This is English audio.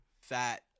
fat